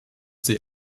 sie